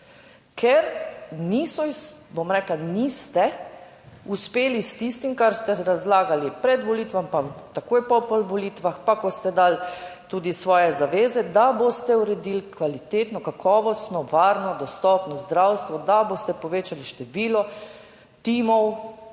niste uspeli s tistim, kar ste razlagali pred volitvami, pa takoj po volitvah, pa ko ste dali tudi svoje zaveze, da boste uredili kvalitetno, kakovostno, varno, dostopno zdravstvo, da boste povečali število timov